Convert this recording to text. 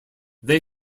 they